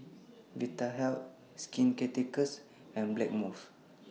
Vitahealth Skin Ceuticals and Blackmores